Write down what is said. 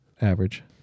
average